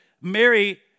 Mary